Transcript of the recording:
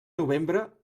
novembre